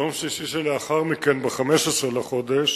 ביום שישי שלאחר מכן, ב-15 בינואר,